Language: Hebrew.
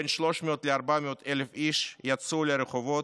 בין 300,000 ל-400,000 איש יצאו לרחובות,